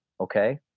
Okay